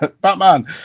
batman